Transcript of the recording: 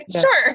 Sure